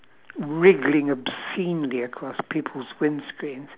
wriggling obscenely across people's windscreens